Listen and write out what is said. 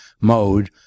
mode